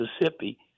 Mississippi